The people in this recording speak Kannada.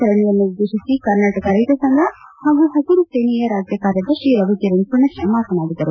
ಸರಣಿಯನ್ನು ಉದ್ದೇಶಿಸಿ ಕರ್ನಾಟಕ ರೈತ ಸಂಘ ಹಾಗೂ ಹಸಿರುಸೇನೆಯ ರಾಜ್ಯ ಕಾರ್ಯದರ್ಶಿ ರವಿಕಿರಣ ಪುಣಚ ಮಾತನಾಡಿದರು